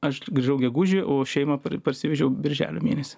aš grįžau gegužį o šeimą parsivežiau birželio mėnesį